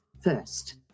first